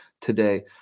today